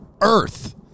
Earth